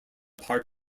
part